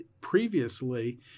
previously